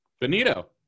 benito